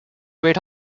great